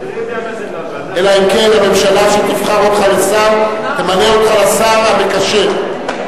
אלא אם כן הממשלה שתבחר אותך לשר תמנה אותך לשר המקשר.